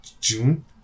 June